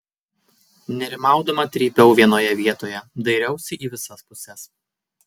nerimaudama trypiau vienoje vietoje dairiausi į visas puses